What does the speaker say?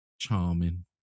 charming